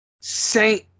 saint